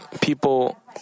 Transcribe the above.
people